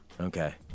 Okay